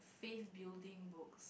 faith building books